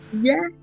Yes